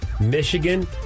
Michigan